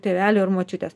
tėvelio ar močiutės